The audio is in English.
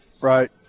Right